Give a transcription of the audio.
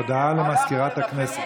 הלכת לנחם אותם?